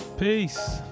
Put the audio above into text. Peace